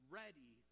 ready